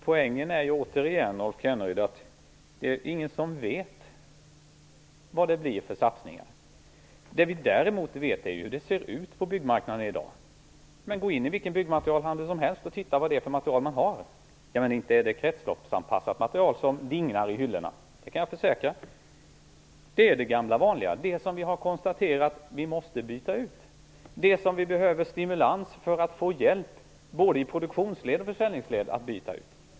Poängen är, Rolf Kenneryd, att ingen vet vad det blir för satsningar. Däremot vet vi hur det ser ut på byggmarknaden i dag. Man kan gå in i vilken byggmaterialhandel som helst och se vilket byggmaterial som finns. Inte dignar hyllorna av ett kretsloppsanpassat material. Det kan jag försäkra. Där finns det gamla vanliga, det som vi har konstaterat att vi måste byta ut, det som vi behöver stimulans för att kunna byta ut både i produktionsled och i försäljningsled.